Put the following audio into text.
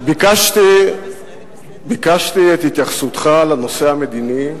ביקשתי את התייחסותך לנושא המדיני,